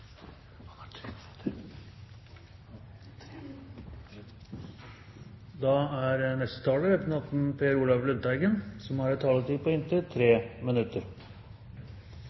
har en taletid på inntil 3 minutter.